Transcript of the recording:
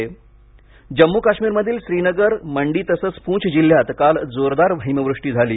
जम्मूकाश्मीर हिमवर्षाव जम्मू काश्मीर मधील श्रीनगर मंडी तसंच पूंछ जिल्ह्यात काल जोरदार हिमवृष्टी झाली